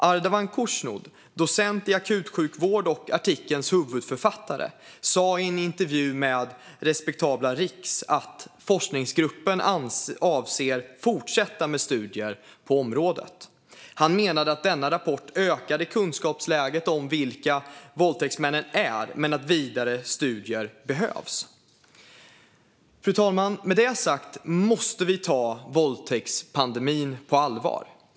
Ardavan Khoshnood, docent i akutsjukvård och artikelns huvudförfattare, sa i en intervju med respektabla Riks att forskningsgruppen avser att fortsätta med studier på området. Han menar att denna rapport ökar kunskapsläget om vilka våldtäktsmännen är men att vidare studier behövs. Fru talman! Vi måste ta våldtäktspandemin på allvar.